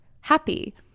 happy